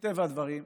מטבע הדברים,